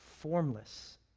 formless